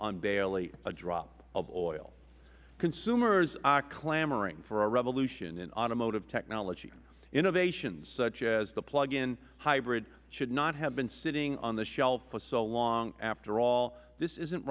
on barely a drop of oil consumers were clamoring for a revolution in automotive technology innovation such as plug in hybrid should not have been sitting on the shelf for so long after all this isn't